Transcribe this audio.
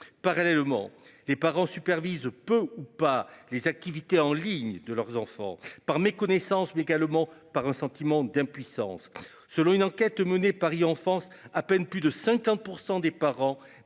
Parallèlement, les parents supervise peu ou pas. Les activités en ligne de leurs enfants par méconnaissance mais également par un sentiment d'impuissance. Selon une enquête menée Paris enfance à peine plus de 50% des parents